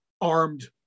armed